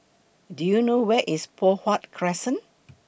Do YOU know Where IS Poh Huat Crescent